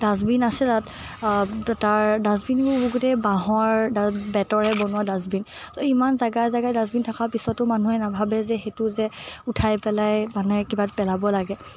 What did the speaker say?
dustbin আছে তাত তাৰ ডাষ্টবিনবোৰ গোটেই বাঁহৰ ডা বেতৰে বনোৱা ডাষ্টবিন ইমান জেগাই জেগাই ডাষ্টবিন থকাৰ পিছতো মানুহে নাভাবে যে সেইটো যে উঠাই পেলাই মানুহে কিবাত পেলাব লাগে